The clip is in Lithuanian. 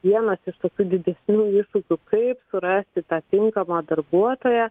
vienas iš tokių didesnių iššūkių kaip surasti tą tinkamą darbuotoją